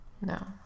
No